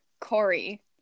Corey